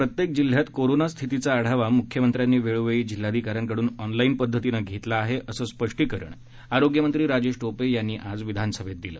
राज्यातल्या प्रत्येक जिल्ह्यात कोरोना स्थितीचा आढावा म्ख्यमंत्र्यांनी वेळोवेळी जिल्हाधिकाऱ्यांकडून ऑनलाईन पद्धतीनं घेतला आहे असं स्पष्टीकरण आरोग्यमंत्री राजेश टोपे यांनी विधानसभेत दिलं